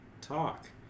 talk